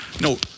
No